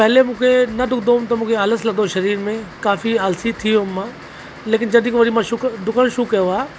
पहिले मूंखे न ॾुकंदो हुअमि त मूंखे आलस लॻंदो हुओ शरीर में काफ़ी आलसी थी वियो हुयमि मां लेकिन जॾहिं खां वरी शुख़रु ॾुकणु शुरु कयो आहे